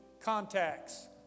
contacts